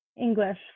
English